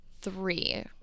three